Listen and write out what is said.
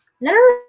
No